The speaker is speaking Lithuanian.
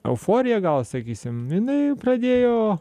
euforija gal sakysim jinai pradėjo